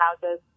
houses